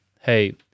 hey